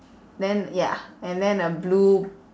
then ya and then a blue